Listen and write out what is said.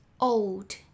old